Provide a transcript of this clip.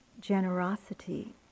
generosity